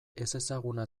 ezezaguna